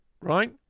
right